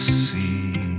see